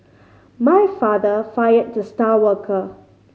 my father fired the star worker